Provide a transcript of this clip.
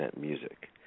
music